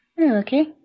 okay